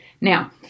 Now